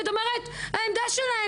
כי את אומרת העמדה שלהם,